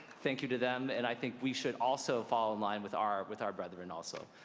thank you to them. and i think we should also fall in line with our with our brethren, also.